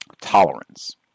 tolerance